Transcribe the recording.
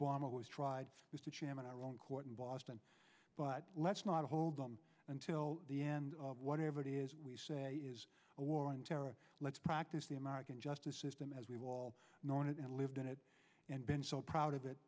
bomber was tried with the chairman our own court and boston but let's not hold them until the end of whatever it is we say is a war on terror let's practice the american justice system as we've all known it and lived in it and been so proud of it